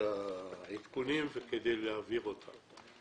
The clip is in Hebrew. העדכונים וכדי להעביר אותם.